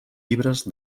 llibres